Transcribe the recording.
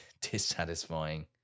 dissatisfying